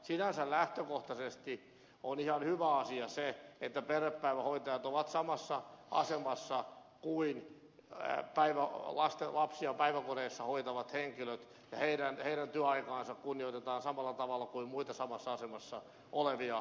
sinänsä lähtökohtaisesti on ihan hyvä asia se että perhepäivähoitajat ovat samassa asemassa kuin lapsia päiväkodeissa hoitavat henkilöt ja heidän työaikaansa kunnioitetaan samalla tavalla kuin muiden samassa asemassa olevien henkilöiden